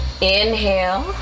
inhale